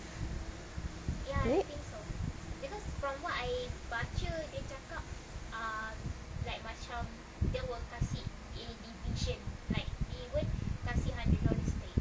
is it